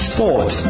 Sport